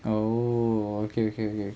oh okay okay K